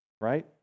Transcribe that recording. right